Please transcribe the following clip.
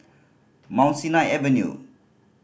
Mount Sinai Avenue